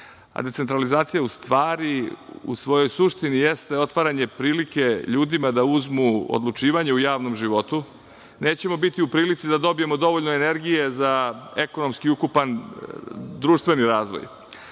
a decentralizacija u stvari u svojoj suštini jeste otvaranje prilike ljudima da uzmu odlučivanje u javnom životu, nećemo biti u prilici da dobijemo dovoljno energije za ekonomski ukupan društveni